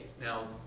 now